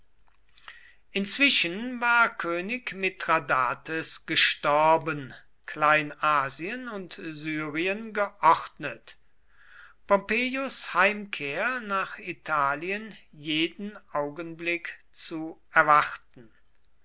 inzwischen war könig mithradates gestorben kleinasien und syrien geordnet pompeius heimkehr nach italien jeden augenblick zu erwarten